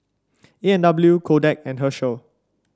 A and W Kodak and Herschel